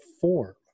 form